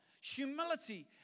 Humility